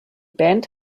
band